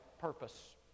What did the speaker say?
purpose